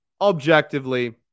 objectively